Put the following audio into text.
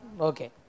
okay